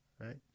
right